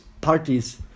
parties